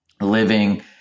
living